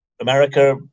America